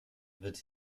wird